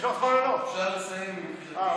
למשוך זמן או לא?